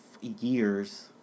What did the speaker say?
years